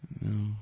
no